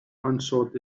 unsought